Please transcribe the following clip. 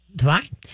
Fine